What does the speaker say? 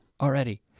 already